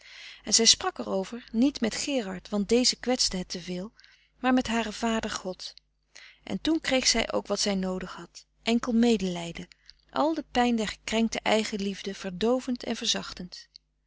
en zij sprak er over niet met gerard want dezen kwetste het te veel maar met haren vader god en toen kreeg zij ook wat zij noodig had enkel medelijden al de pijn der gekrenkte eigenliefde verdoovend en verzachtend